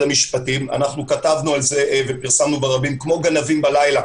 המשפטים כתבנו על זה ופרסמנו ברבים כמו גנבים בלילה